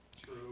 True